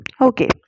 Okay